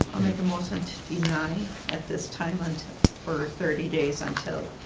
motion to deny at this time and for thirty days until